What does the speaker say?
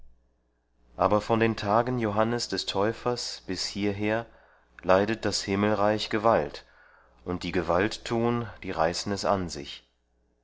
aber von den tagen johannes des täufers bis hierher leidet das himmelreich gewalt und die gewalt tun die reißen es an sich